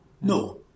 No